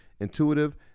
intuitive